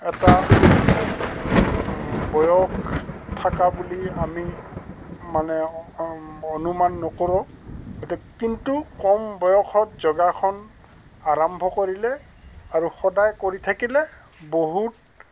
এটা বয়স থাকা বুলি আমি মানে অনুমান নকৰোঁ গতিকে কিন্তু কম বয়সত যোগাসন আৰম্ভ কৰিলে আৰু সদায় কৰি থাকিলে বহুত